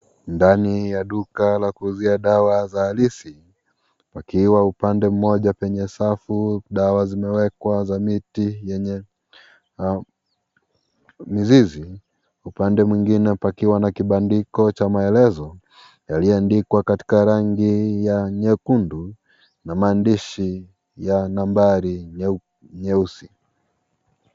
Ndani ya duka ya kuuzia dawa za alisi, wakiwa upande mmoja penye safu dawa zimewekwa za miti yenye mizizi. Upande mwingine pakiwa na kibandiko cha maelezo yalio andikwa kwa rangi ya nyekundu na maandishi ya nambari nyeusi.